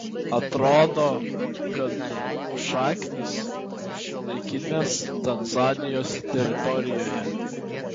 atrodo kad zulų šaknys šiuolaikinės tanzanijos teritorijoje